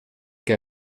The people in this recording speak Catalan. que